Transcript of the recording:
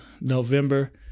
November